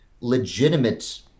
legitimate